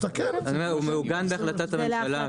הוא מעוגן בהחלטת הממשלה.